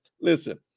Listen